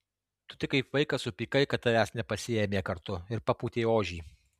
tu tik kaip vaikas supykai kad tavęs nepasiėmė kartu ir papūtei ožį